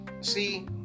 see